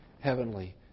heavenly